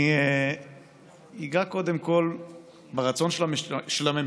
אני אגע קודם כול ברצון של הממשלה